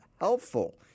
helpful